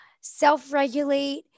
self-regulate